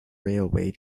railway